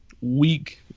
weak